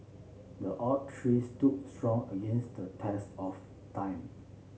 the oak tree stood strong against the test of time